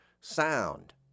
sound